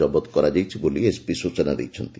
ଜବତ କରାଯାଇଛି ବୋଲି ଏସ୍ପି ସ୍ଚନା ଦେଇଛନ୍ତି